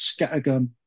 scattergun